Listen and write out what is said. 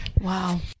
Wow